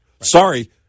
Sorry